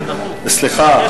סליחה,